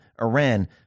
Iran